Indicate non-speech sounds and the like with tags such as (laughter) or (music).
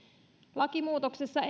lakimuutoksessa (unintelligible)